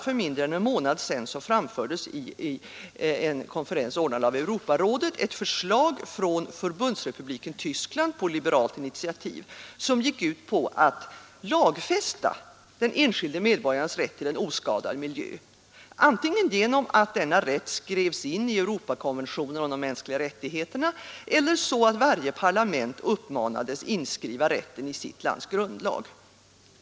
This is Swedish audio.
För mindre än en månad sedan framfördes i Europarådet från Förbundsrepubliken Tyskland ett förslag — på liberalt initiativ — som gick ut på att lagfästa den enskilde medborgarens rätt till en oskadad miljö, antingen genom att denna rätt inskrevs i Europakonventionen om de mänskliga rättigheterna eller genom att varje parlament uppmanades inskriva rätten i sitt lands grundlag.